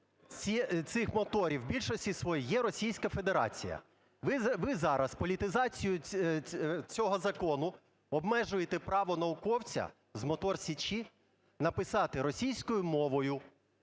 цих моторів у більшості своїй є Російська Федерація. Ви зараз політизацією цього закону обмежуєте право науковця з "Мотор Січі" написати російською мовою